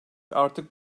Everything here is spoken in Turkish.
artık